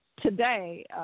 today